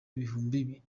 ibihumbi